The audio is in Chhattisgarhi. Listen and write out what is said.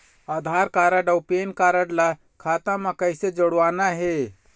आधार कारड अऊ पेन कारड ला खाता म कइसे जोड़वाना हे?